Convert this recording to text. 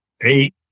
eight